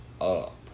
up